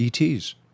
ETs